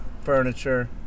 furniture